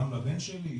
גם לבן שלי.